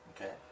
Okay